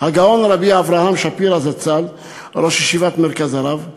הגאון רבי אברהם שפירא זצ"ל ראש ישיבת "מרכז הרב",